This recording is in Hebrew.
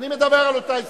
אני מדבר על אותה הסתייגות.